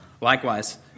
Likewise